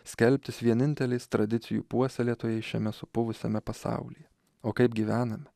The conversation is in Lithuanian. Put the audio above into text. skelbtis vieninteliais tradicijų puoselėtojais šiame supuvusiame pasaulyje o kaip gyvename